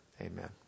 amen